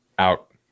Out